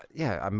yeah. um